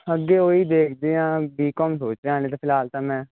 ਅੱਗੇ ਉਹੀ ਦੇਖਦੇ ਹਾਂ ਬੀਕੌਮ ਸੋਚਦੇ ਹਾਂ ਹਲੇ ਤਾਂ ਫਿਲਹਾਲ ਤਾਂ ਮੈਂ